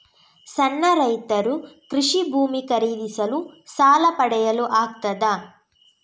ಸಣ್ಣ ರೈತರು ಕೃಷಿ ಭೂಮಿ ಖರೀದಿಸಲು ಸಾಲ ಪಡೆಯಲು ಆಗ್ತದ?